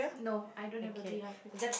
no I don't have a beehive picture